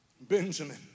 benjamin